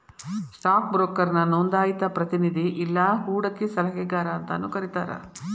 stock ಬ್ರೋಕರ್ನ ನೋಂದಾಯಿತ ಪ್ರತಿನಿಧಿ ಇಲ್ಲಾ ಹೂಡಕಿ ಸಲಹೆಗಾರ ಅಂತಾನೂ ಕರಿತಾರ